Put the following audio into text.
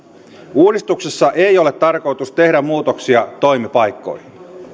uudistuksessa ei ole tarkoitus tehdä muutoksia toimipaikkoihin